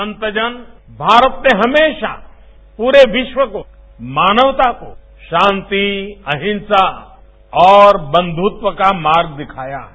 संत जन भारत से हमेशा पूरे विश्व को मानवता को शांति अहिंसा और बंध्वत्व का मार्ग दिखाया है